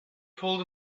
pulled